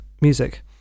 music